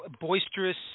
boisterous